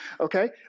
Okay